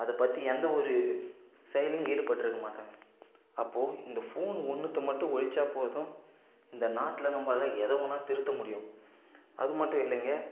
அதைபத்தி எந்தவொரு செயல்லியும் ஈடுபட்டுருக்கமாட்டாங்க அப்போ இந்த ஃபோன் ஒன்றுத்த மட்டும் ஒழிச்சால்போதும் இந்த நாட்டில் நம்பால எதைவேணா திருத்தமுடியும் அது மட்டும் இல்லைங்க